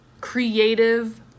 creative